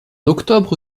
octobre